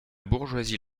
bourgeoisie